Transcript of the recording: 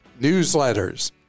newsletters